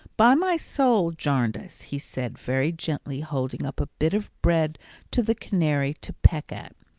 by my soul, jarndyce, he said, very gently holding up a bit of bread to the canary to peck at,